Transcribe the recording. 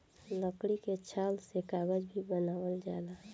लकड़ी के छाल से कागज भी बनावल जाला